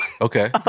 Okay